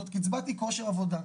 זאת קצבת אי כושר עבודה.